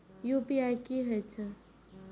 UPI की हेछे?